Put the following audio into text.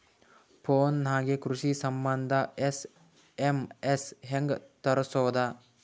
Phone ನಾಗೆ ಕೃಷಿ ಸಂಬಂಧ ಎಸ್.ಎಮ್.ಎಸ್ ಹೆಂಗ ತರಸೊದ?